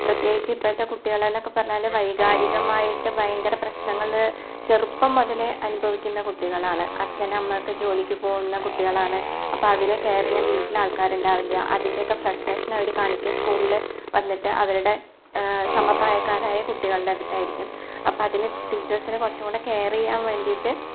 പ്രത്യേകിച്ച് ഇപ്പോഴത്തെ കുട്ടികളെന്ന്ക്കെ പറഞ്ഞാൽ വൈകാരികമായിട്ട് ഭയങ്കര പ്രശ്നങ്ങൾ ചെറുപ്പം മുതലേ അനുഭവിക്കുന്ന കുട്ടികളാണ് അച്ഛൻ അമ്മയൊക്കെ ജോലിക്ക് പോകുന്ന കുട്ടികളാണ് അപ്പം അവരെ കെയർ ചെയ്യാൻ വീട്ടിൽ ആൾക്കാരുണ്ടാവില്ല അതിൻറ്റെയൊക്ക ഫ്രസ്ട്രേഷൻ അവർ കാണിക്കുക സ്കൂളിൽ വന്നിട്ട് അവരുടെ സമപ്രായക്കാരായ കുട്ടികളുടെ അടുത്തായിരിക്കും അപ്പതിന് ടീച്ചേഴ്സിന് കുറച്ചും കുടെ കെയർ ചെയ്യാൻ വേണ്ടീട്ട്